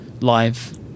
live